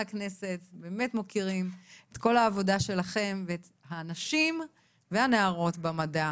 מהכנסת ובאמת מוקירים את כל העבודה שלכם ואת הנשים ונערות במדע.